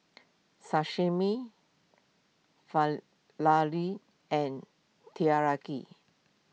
Sashimi and Teriyaki